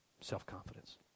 Self-confidence